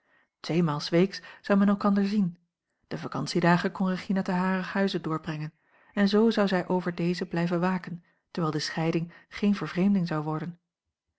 s weeks zou men elkander zien de vacantiedagen kon regina te harer huize doorbrengen en zoo zou zij over deze blijven waken terwijl de scheiding geene vervreemding zou worden